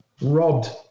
Robbed